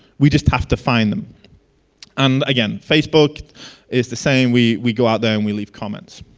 we just have to find them and again. facebook is the same, we we go out there and we leave comments.